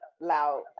Loud